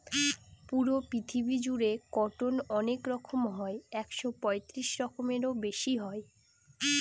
পুরো পৃথিবী জুড়ে কটন অনেক রকম হয় একশো পঁয়ত্রিশ রকমেরও বেশি হয়